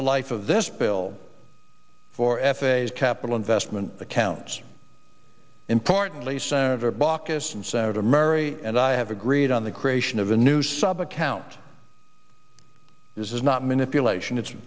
the life of this bill for f a's capital investment accounts importantly senator baucus and senator murray and i have agreed on the creation of a new sub account this is not manipulation it's